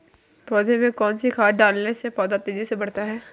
पौधे में कौन सी खाद डालने से पौधा तेजी से बढ़ता है?